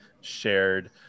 shared